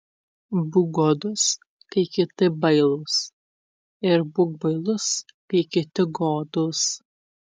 būk godus kai kiti bailūs ir būk bailus kai kiti godūs